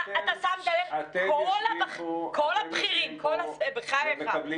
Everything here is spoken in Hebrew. אתם יושבים פה ומקבלים